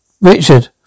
Richard